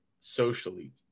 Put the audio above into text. socially